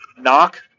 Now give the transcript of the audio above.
knock